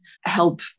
help